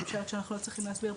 אני חושבת שאנחנו לא צריכים להסדיר.